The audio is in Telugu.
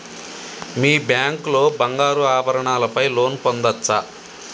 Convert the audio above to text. మీ బ్యాంక్ లో బంగారు ఆభరణాల పై లోన్ పొందచ్చా?